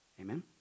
Amen